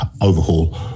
overhaul